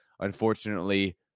unfortunately